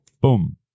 Boom